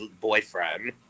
boyfriend